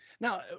Now